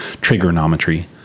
trigonometry